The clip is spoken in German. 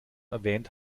erwähnt